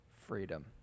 Freedom